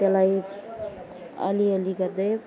त्यसलाई अलि अलि गर्दै